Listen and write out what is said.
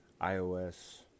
iOS